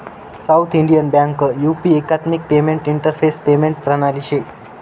south Indian Bank UP एकात्मिक payment interface payment प्रणाली शे